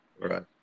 Right